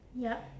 yup